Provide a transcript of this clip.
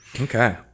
Okay